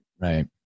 right